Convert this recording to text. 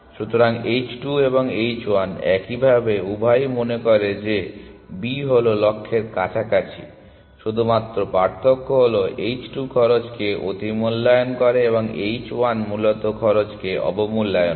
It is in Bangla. সুতরাং h 2 এবং h 1 একইভাবে উভয়ই মনে করে যে B হলো লক্ষ্যের কাছাকাছি শুধুমাত্র পার্থক্য হল h 2 খরচকে অতিমূল্যায়ন করে এবং h 1 মূলত খরচকে অবমূল্যায়ন করে